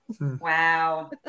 wow